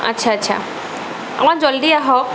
আচ্চা আচ্চা অকণমান জল্ডি আহক